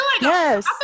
yes